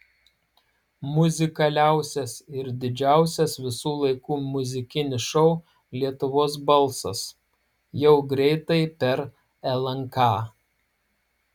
muzikaliausias ir didžiausias visų laikų muzikinis šou lietuvos balsas jau greitai per lnk